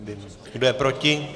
Kdo je proti?